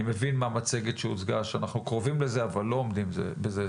אני מבין מהמצגת שהוצגה שאנו קרובים לזה אבל לא עומדים בזה.